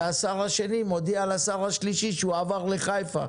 השר השני מודיע לשר השלישי שהוא עבר לחיפה.